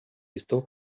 estou